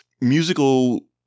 musical